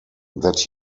that